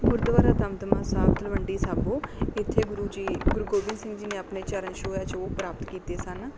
ਗੁਰਦੁਆਰਾ ਦਮਦਮਾ ਸਾਹਿਬ ਤਲਵੰਡੀ ਸਾਬੋ ਇੱਥੇ ਗੁਰੂ ਜੀ ਗੁਰੂ ਗੋਬਿੰਦ ਸਿੰਘ ਜੀ ਨੇ ਆਪਣੇ ਚਰਨ ਛੋਹ ਹੈ ਜੋ ਪ੍ਰਾਪਤ ਕੀਤੇ ਸਨ